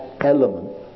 element